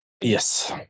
Yes